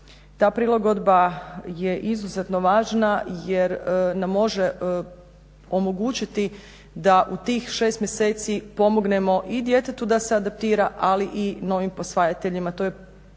Ta prilagodba je izuzetno važna jer nam može omogućiti da u tih 6 mjeseci pomognemo i djetetu da se adaptira ali i novim posvajateljima.